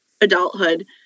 adulthood